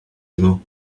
ago